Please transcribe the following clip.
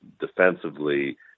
defensively